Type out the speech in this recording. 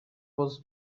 was